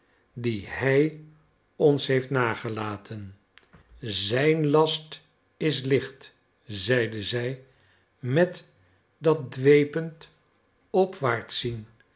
die hij ons heeft nagelaten zijn last is licht zeide zij met dat dwepend opwaartszien